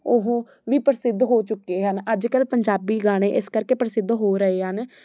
ਉਹ ਵੀ ਪ੍ਰਸਿੱਧ ਹੋ ਚੁੱਕੇ ਹਨ ਅੱਜ ਕੱਲ੍ਹ ਪੰਜਾਬੀ ਗਾਣੇ ਇਸ ਕਰਕੇ ਪ੍ਰਸਿੱਧ ਹੋ ਰਹੇ ਹਨ